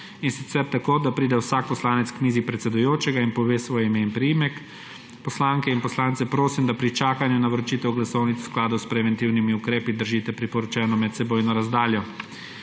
in sicer tako, da pride vsak poslanec k mizi predsedujočega in pove svoj ime in priimek. Poslanke in poslance prosim, da pri čakanju na vročitev glasovnic v skladu s preventivnimi ukrepi držite priporočeno medsebojno razdaljo.